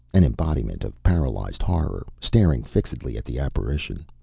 an embodiment of paralyzed horror, staring fixedly at the apparition.